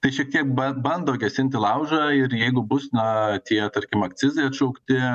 tai čia tiek ba bando gesinti laužą ir jeigu bus na tie tarkim akcizai atšaukti